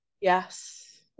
Yes